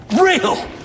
real